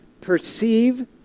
perceive